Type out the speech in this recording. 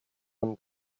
von